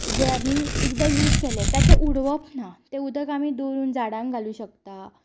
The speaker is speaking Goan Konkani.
जे आमी एकदा यूज केलें तें उडोवप ना तें उदक आमी दवरून झाडांक घालूं शकता